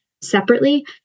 separately